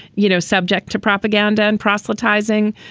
you know, subject to propaganda and proselytizing.